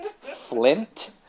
flint